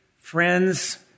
friends